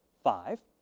five.